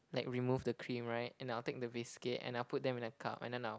like remove the cream right and I'll take the biscuit and I'll put then in a cup and then I'll